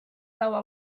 laua